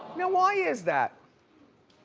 now why is that?